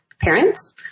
parents